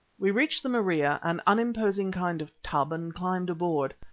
we reached the maria, an unimposing kind of tub, and climbed aboard.